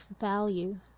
value